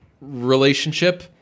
relationship